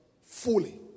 fully